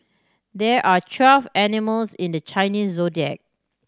there are twelve animals in the Chinese Zodiac